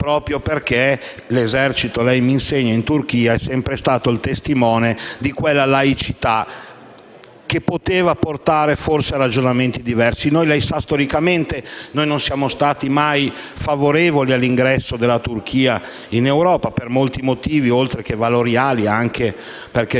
proprio perché, come lei mi insegna, l'esercito in Turchia è sempre stato il testimone di quella laicità che poteva portare forse a ragionamenti diversi. Come lei sa, storicamente noi non siamo mai stati favorevoli all'ingresso della Turchia in Europa per molti motivi: oltre che valoriali, anche perché riteniamo